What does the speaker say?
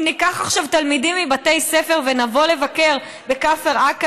אם ניקח עכשיו תלמידים מבתי ספר ונבוא לבקר בכפר עקב,